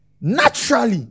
Naturally